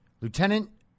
Lieutenant